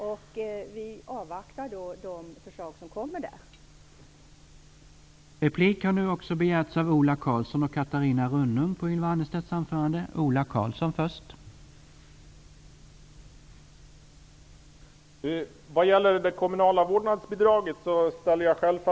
Utskottet avvaktar därför de förslag som regeringen kommer att lägga fram.